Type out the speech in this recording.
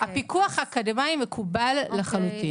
הפיקוח האקדמאי מקובל לחלוטין.